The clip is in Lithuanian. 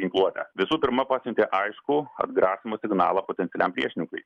ginkluote visų pirma pasiuntė aiškų atgrasymo signalą potencialiam priešininkui